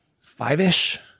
five-ish